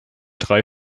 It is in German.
drei